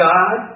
God